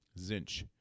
Zinch